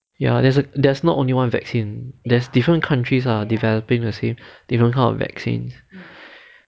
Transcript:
ya there's not only one vaccine there's different countries developing the same different kind of vaccine